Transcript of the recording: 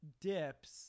dips